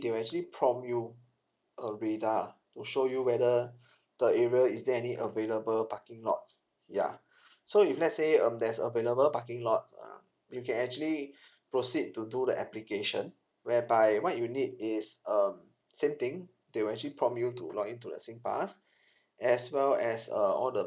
they will actually prompt you a radar to show you whether the area is there any available parking lots ya so if let's say um there's available parking lots um you can actually proceed to do the application whereby what you need is um same thing they will actually prompt you to log in to the singpass as well as uh all the